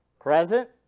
present